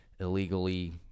illegally